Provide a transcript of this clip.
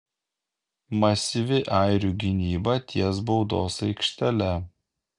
masyvi airių gynyba ties baudos aikštele